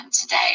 today